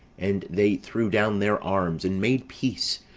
and they threw down their arms, and made peace,